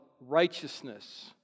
righteousness